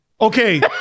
Okay